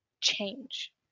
change